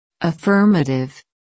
Affirmative